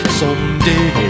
someday